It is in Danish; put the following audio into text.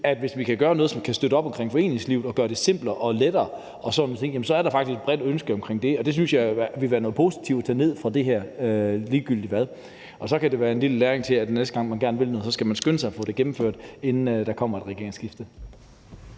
at hvis vi kan gøre noget, som kan støtte op omkring foreningslivet og gøre det simplere og lettere og sådan nogle ting, er der faktisk et bredt ønske om det. Det synes jeg ville være noget positivt at tage ned fra det her ligegyldigt hvad. Og så kan det være en lille læring om, at næste gang man gerne vil noget, skal man skynde sig at få det gennemført, inden der kommer et regeringsskifte.